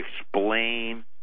explain